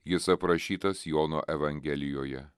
jis aprašytas jono evangelijoje